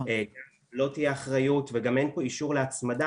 לא תהיה אחריות וגם אין פה אישור להצמדה